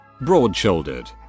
broad-shouldered